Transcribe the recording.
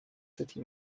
city